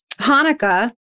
Hanukkah